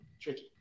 tricky